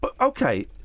okay